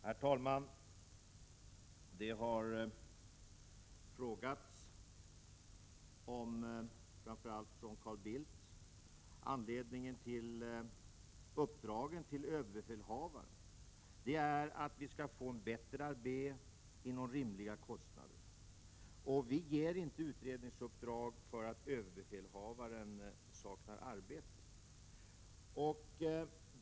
Herr talman! Det har — framför allt från Carl Bildts sida — frågats om anledningen till uppdragen till överbefälhavaren. Anledningen är att vi skall få en bättre armé inom rimliga kostnadsramar. Vi ger inte utredningsuppdrag för att överbefälhavaren skulle sakna arbete.